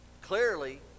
clearly